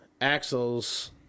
axles